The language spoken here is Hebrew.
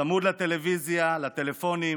צמוד לטלוויזיה, לטלפונים.